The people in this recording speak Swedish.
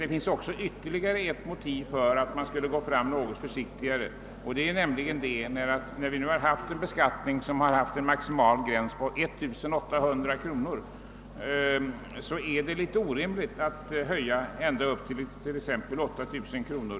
Det finns emellertid ytterligare ett motiv för att man borde ha visat större försiktighet: När vi nu har haft en beskattning med en maximal gräns på 1800 kronor är det orimligt att höja ända till exempelvis 8 000 kronor.